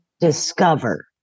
discover